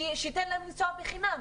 שייתן להם לנסוע בחינם.